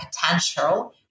potential